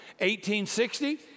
1860